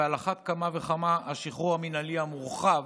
ועל אחת כמה וכמה השחרור המינהלי המורחב,